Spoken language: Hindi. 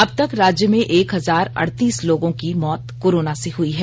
अब तक राज्य में एक हजार अड़तीस लोगों की मौत कोरोना से हुई है